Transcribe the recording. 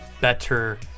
better